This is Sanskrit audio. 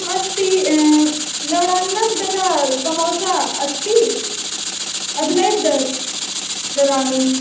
अस्ति लोडान्नम् तथा समोसा अस्ति अधुनैव द ददामि